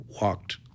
walked